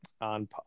on